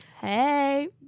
Hey